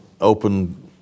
open